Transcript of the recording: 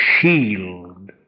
shield